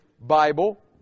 Bible